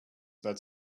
but